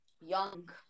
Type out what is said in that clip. young